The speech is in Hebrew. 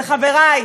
וחברי,